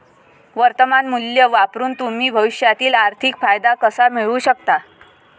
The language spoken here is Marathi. वर्तमान मूल्य वापरून तुम्ही भविष्यातील आर्थिक फायदा कसा मिळवू शकता?